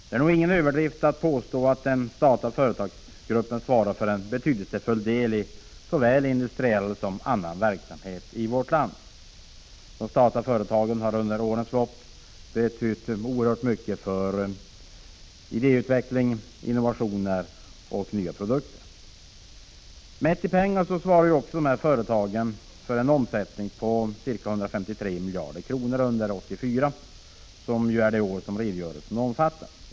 Det är ingen överdrift att påstå att den statliga företagsgruppen svarar för en betydelsefull del i såväl industriell som annan verksamhet i vårt land. De statliga företagen har under årens lopp betytt oerhört mycket när det gäller idéutveckling, innovationer och nya produkter. Mätt i pengar svarar de statliga företagen för en omsättning på ca 153 miljarder kronor under 1984, det år som redogörelsen omfattar.